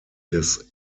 des